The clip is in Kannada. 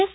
ಎಸ್